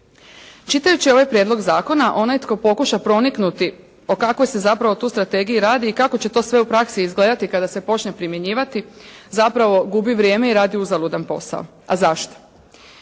Čitajući ovaj prijedlog zakona, onaj tko pokuša proniknuti o kakvoj se zapravo tu strategiji radi i kako će to sve u praksi izgledati kada se počne primjenjivati, zapravo gubi vrijeme i radi uzaludan posao. A zašto?